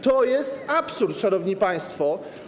To jest absurd, szanowni państwo.